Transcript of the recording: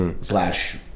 slash